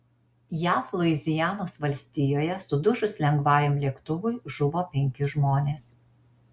jav luizianos valstijoje sudužus lengvajam lėktuvui žuvo penki žmonės